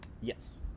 yes